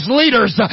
leaders